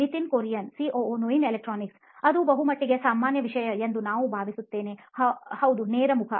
Nitin Kurian COO ನೋಯಿನ್ electronics ಅದು ಬಹುಮಟ್ಟಿಗೆ ಸಾಮಾನ್ಯ ವಿಷಯ ಎಂದು ನಾನು ಭಾವಿಸುತ್ತೇನೆ ಹೌದು ನೇರ ಮುಖ